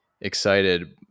excited